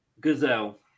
gazelle